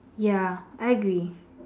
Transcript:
ya I agree